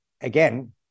again